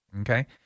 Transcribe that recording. Okay